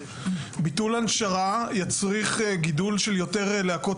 ביטול הנשרה יצריך גידול של יותר להקות